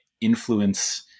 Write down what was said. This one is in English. influence